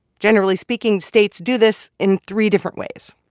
generally speaking, states do this in three different ways.